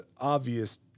obvious